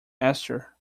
esther